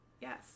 Yes